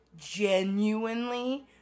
genuinely